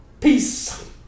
peace